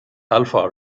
alpha